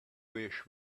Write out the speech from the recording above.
wish